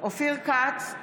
אופיר כץ,